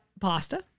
pasta